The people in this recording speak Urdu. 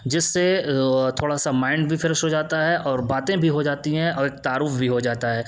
جس سے تھوڑا سا مائنڈ بھی فریش ہو جاتا ہے اور باتیں بھی ہو جاتی ہیں اور ایک تعارف بھی ہو جاتا ہے